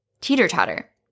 teeter-totter